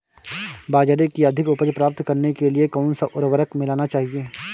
बाजरे की अधिक उपज प्राप्त करने के लिए कौनसा उर्वरक मिलाना चाहिए?